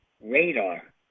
radar